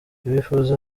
abifuza